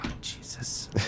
Jesus